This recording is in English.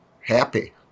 happy